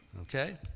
Okay